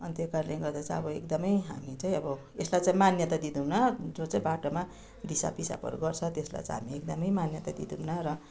अनि त्यही कारणले गर्दा चाहिँ अब एकदमै हामी चाहिँ अब यसलाई चाहिँ मान्यता दिँदैनौँ जो चाहिँ बाटोमा दिसापिसाबहरू गर्छ त्यसलाई चाहिँ हामी एकदमै मान्यता दिँदैनौँ र